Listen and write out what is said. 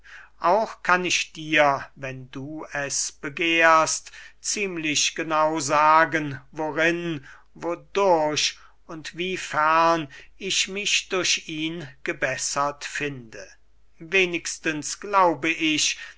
auch kann ich dir wenn du es begehrst ziemlich genau sagen worin wodurch und wiefern ich mich durch ihn gebessert finde wenigstens glaube ich